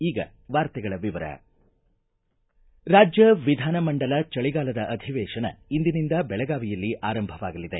ಈಗ ವಾರ್ತೆಗಳ ವಿವರ ರಾಜ್ಯ ವಿಧಾನ ಮಂಡಲ ಚಳಿಗಾಲದ ಅಧಿವೇಶನ ಇಂದಿನಿಂದ ಬೆಳಗಾವಿಯಲ್ಲಿ ಆರಂಭವಾಗಲಿದೆ